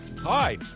Hi